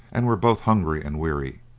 and were both hungry and weary.